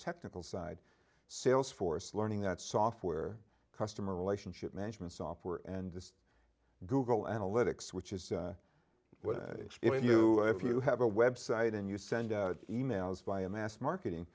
technical side sales force learning that software customer relationship management software and the google analytics which is what you do if you have a website and you send emails via mass marketing